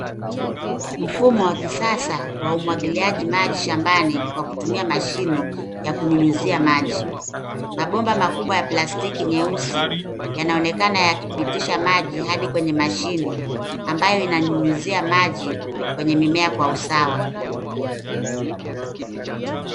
Mfumo wa kisasa wa umwagiliaji maji shambani kwa kutumia mashini ya kunyunyizia maji. Mabomba makubwa ya plastiki nyeusi yanaonekana yakipitisha maji hadi kwenye mashini ambayo inanyunyizia maji kwenye mimea kwa usawa.